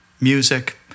music